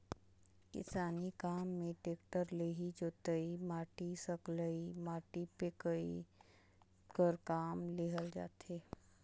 किसानी काम मे टेक्टर ले ही जोतई, माटी सकलई, माटी फेकई कर काम लेहल जाथे